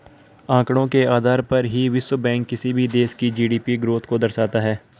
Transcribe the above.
आंकड़ों के आधार पर ही विश्व बैंक किसी भी देश की जी.डी.पी ग्रोथ को दर्शाता है